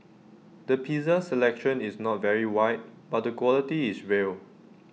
the pizza selection is not very wide but the quality is real